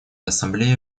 ассамблеей